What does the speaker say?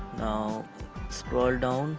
now scroll down